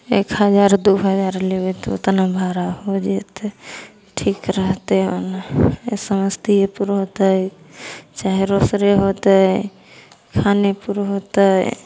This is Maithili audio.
एक हजार दुइ हजार लेबै तऽ ओतना भाड़ा हो जेतै ठीक रहतै ओना समस्तिएपुर होतै चाहे रोसड़े होतै खानेपुर होतै